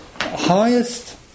highest